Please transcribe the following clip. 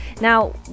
Now